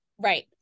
Right